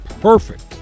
perfect